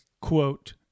quote